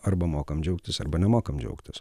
arba mokam džiaugtis arba nemokam džiaugtis